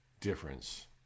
difference